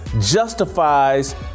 justifies